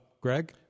Greg